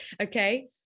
okay